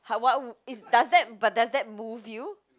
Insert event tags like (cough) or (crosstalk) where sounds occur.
how what (noise) does that but does that move you